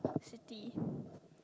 city